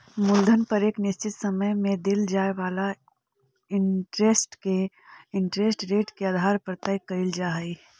मूलधन पर एक निश्चित समय में देल जाए वाला इंटरेस्ट के इंटरेस्ट रेट के आधार पर तय कईल जा हई